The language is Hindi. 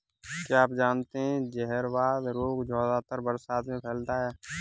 क्या आप जानते है जहरवाद रोग ज्यादातर बरसात में फैलता है?